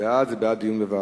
בעד זה בעד דיון בוועדה.